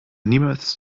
niemals